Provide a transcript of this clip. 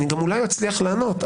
אני אולי גם אצליח לענות.